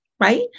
Right